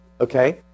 Okay